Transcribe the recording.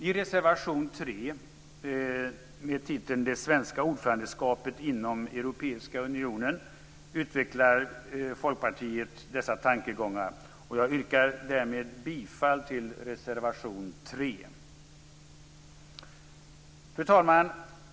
I reservation 3, med titeln Det svenska ordförandeskapet inom Europeiska unionen, utvecklar Folkpartiet dessa tankegångar. Jag yrkar härmed bifall till reservation 3. Fru talman!